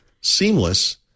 seamless